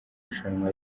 rushanwa